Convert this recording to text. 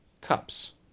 cups